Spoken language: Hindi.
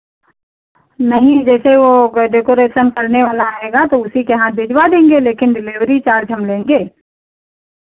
नहीं जैसे वो हो गए डेकोरेशन करने वाला आएगा तो उसी के हाथ भिजवा देंगे लेकिन डिलेवरी चार्ज़ हम लेंगे